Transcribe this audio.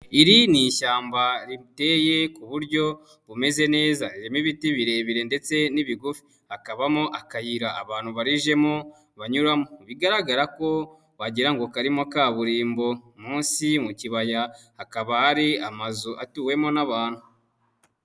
Iri ni ishyamba riteye ku buryo bumeze neza, irimo ibiti birebire ndetse n'ibigufi. Hakabamo akayira abantu barijemo banyuramo bigaragara ko wagira ngo karimo kaburimbo. Munsi mu kibaya hakaba hari amazu atuwemo n'abantu.